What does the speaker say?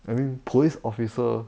I mean police officer